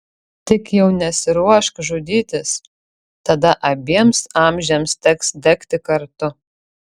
tik jau nesiruošk žudytis tada abiems amžiams teks degti kartu